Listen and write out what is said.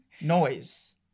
Noise